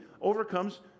overcomes